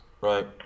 Right